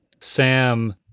Sam